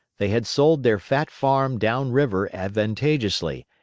they had sold their fat farm down-river advantageously,